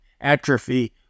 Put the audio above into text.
atrophy